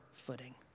footing